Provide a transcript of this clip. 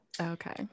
okay